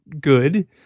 good